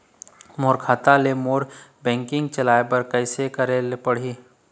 मोर खाता ले मोर बैंकिंग चलाए बर कइसे करेला पढ़ही?